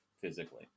physically